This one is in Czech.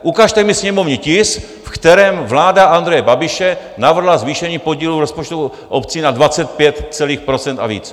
Ukažte mi sněmovní tisk, ve kterém vláda Andreje Babiše navrhla zvýšení podílu rozpočtu obcí na 25 celých procent a víc.